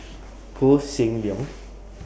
Koh Seng Leong